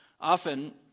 Often